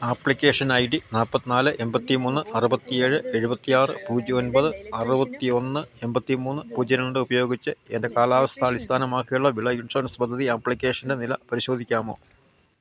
application I D നാൽപ്പത്തിനാൽ എൺപത്തിമൂന്ന് അറുപത്തിയേഴ് എഴുപത്തിയാറ് പൂജ്യം ഒൻപത് അറുപത്തിയൊന്ന് എൺപത്തിമൂന്ന് പൂജ്യം രണ്ട് ഉപയോഗിച്ച് എൻ്റെ കാലാവസ്ഥ അടിസ്ഥാനമാക്കി വിള ഇൻഷുറൻസ് പദ്ധതി ആപ്ലിക്കേഷൻ്റെ നില പരിശോധിക്കാമോ